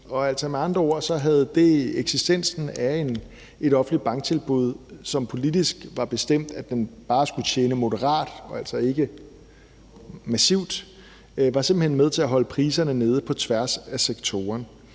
og med andre orde var eksistensen af et offentligt banktilbud, som det var politisk bestemt bare skulle tjene moderat og ikke massivt, med til at holde priserne nede på tværs af sektoren.